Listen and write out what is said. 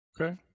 okay